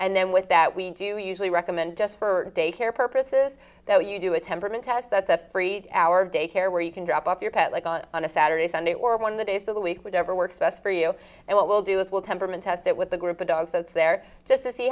and then with that we do usually recommend just for daycare purposes that you do a temperament test that that's three hour day care where you can drop off your pet like on a saturday sunday or one of the days of the week whatever works best for you and what we'll do is we'll temperament test it with a group of dogs that's there to see